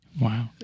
Wow